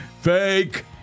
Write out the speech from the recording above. Fake